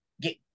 get